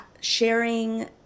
sharing